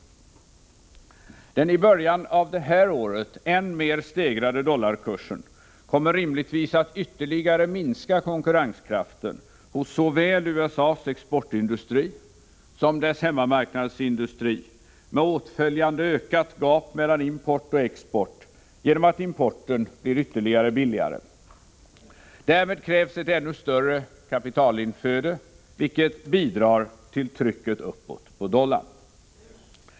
Den i början av det här året än mer stegrade dollarkursen kommer rimligtvis att ytterligare minska konkurrenskraften hos såväl USA:s exportindustri som dess hemmamarknadsindustri med åtföljande ökat gap mellan import och export genom att importen blir ytterligare billigare. Därmed krävs ett ännu större kapitalinflöde, vilket bidrar till trycket uppåt på dollarn.